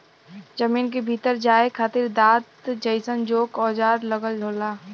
जमीन के भीतर जाये खातिर दांत जइसन चोक औजार लगल होला